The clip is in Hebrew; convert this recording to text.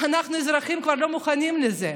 אנחנו האזרחים כבר לא מוכנים לזה.